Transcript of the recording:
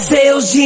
Sales